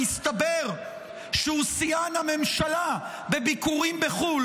שמסתבר שהוא שיאן הממשלה בביקורים בחו"ל,